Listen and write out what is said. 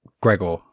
Gregor